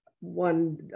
one